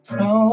no